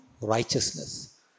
righteousness